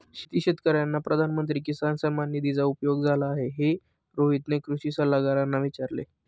किती शेतकर्यांना प्रधानमंत्री किसान सन्मान निधीचा उपयोग झाला आहे, हे रोहितने कृषी सल्लागारांना विचारले